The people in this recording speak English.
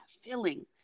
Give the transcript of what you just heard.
feeling